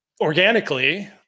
organically